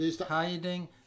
hiding